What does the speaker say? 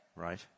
Right